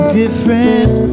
different